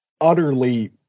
utterly